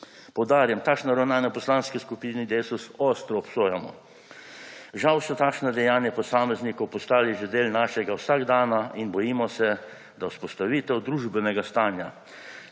Poudarjam, takšna ravnanja v Poslanski skupini Desus ostro obsojamo. Žal so takšna dejanja posameznikov postala že del našega vsakdana in bojimo se, da bo vzpostavitev družbenega stanja